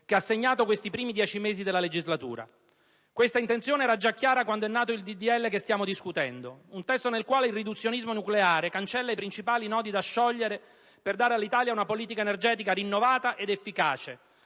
che ha segnato questi primi dieci mesi della legislatura. Questa intenzione era già chiara quando è nato il disegno di legge che stiamo discutendo. Un testo nel quale il riduzionismo nucleare cancella i principali nodi da sciogliere per dare all'Italia una politica energetica rinnovata ed efficace: